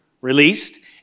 released